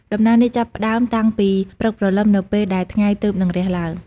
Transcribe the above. ដំណើរនេះ ចាប់ផ្តើមតាំងពីព្រឹកព្រលឹមនៅពេលដែលថ្ងៃទើបនឹងរះឡើង។